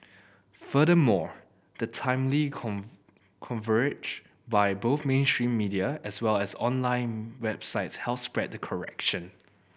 furthermore the timely by both mainstream media as well as online websites help spread the correction